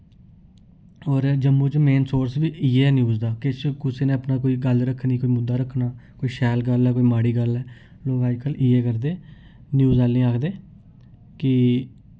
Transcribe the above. और जम्मू च main source बी इ'यै न्यूज दा किश कुसै नै अपना कोई गल्ल रक्खनी कोई मुद्दा रक्खना कोई शैल गल्ल ऐ कोई माड़ी गल्ल ऐ लोक अजकल इ'यै करदे न्यूज आह्लें आखदे कि